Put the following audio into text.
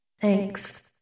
Thanks